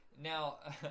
Now